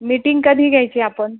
meeting कधी घ्यायची आपण